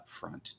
upfront